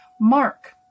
mark